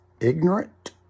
ignorant